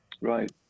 Right